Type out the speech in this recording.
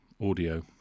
audio